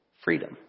Freedom